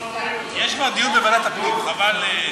יש כבר דיון בוועדת הפנים, חבל.